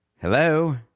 Hello